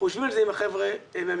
חושבים על זה עם החבר'ה מהמגזר.